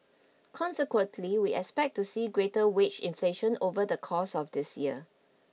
consequently we expect to see greater wage inflation over the course of this year